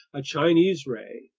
a chinese ray,